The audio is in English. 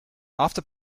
after